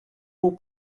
will